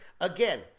again